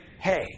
hey